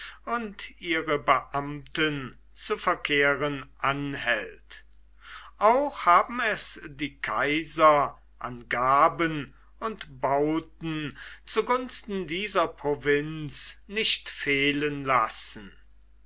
und ihre beamten zu verkehren anhält auch haben es die kaiser an gaben und bauten zu gunsten dieser provinz nicht fehlen lassen